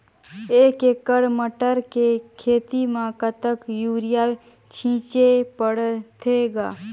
एक एकड़ मटर के खेती म कतका युरिया छीचे पढ़थे ग?